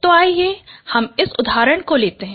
तो आइए हम इस उदाहरण को लेते हैं